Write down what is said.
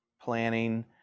planning